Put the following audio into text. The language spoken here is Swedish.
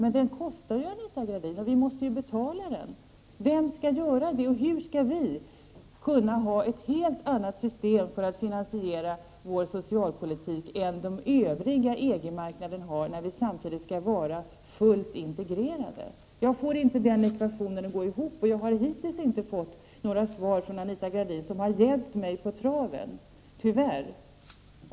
Men den kostar ju, Anita Gradin, och vi måste betala den. Vem skall göra det och hur skall vi kunna ha ett helt annat system för att finansiera vår socialpolitik än den övriga EG-marknaden har, när vi samtidigt skall vara fullt integrerade? Jag får inte den ekvationen att gå ihop, och jag har hittills inte fått några svar av Anita Gradin som har hjälpt mig på traven, tyvärr.